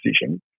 decision